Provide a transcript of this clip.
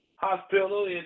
Hospital